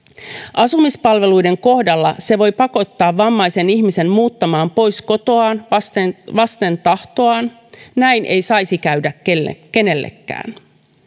asumispalveluiden kohdalla se voi pakottaa vammaisen ihmisen muuttamaan pois kotoaan vasten vasten tahtoaan näin ei saisi käydä kenellekään kenellekään